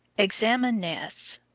examine nests.